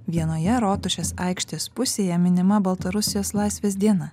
vienoje rotušės aikštės pusėje minima baltarusijos laisvės diena